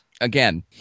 Again